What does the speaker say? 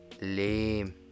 Lame